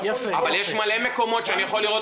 אבל יש הרבה מקומות שאני יכול לראות